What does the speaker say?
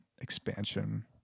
expansion